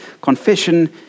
Confession